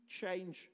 change